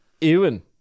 Ewan